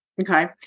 Okay